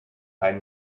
einen